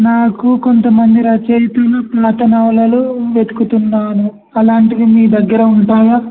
నాకు కొంతమంది రచయితలు పాత నవలలు వెతుకుతున్నాను అలాంటివి మీ దగ్గర ఉంటాయా